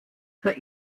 für